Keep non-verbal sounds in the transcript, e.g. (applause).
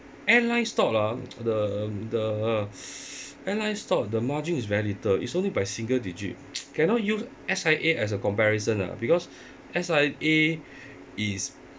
airlines thought ah the the (noise) airlines thought the margin is very little it's only by single digit (noise) cannot use S_I_A as a comparison lah because S_I_A is